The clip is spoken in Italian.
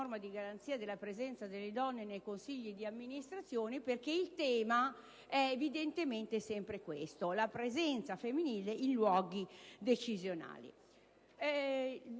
di garanzia sulla presenza delle donne nei consigli di amministrazione, perché il tema è evidentemente sempre questo: la presenza femminile in luoghi decisionali.